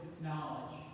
knowledge